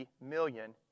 million